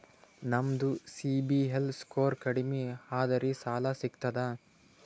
ನಮ್ದು CIBIL score ಕಡಿಮಿ ಅದರಿ ಸಾಲಾ ಸಿಗ್ತದ?